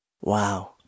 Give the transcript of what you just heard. Wow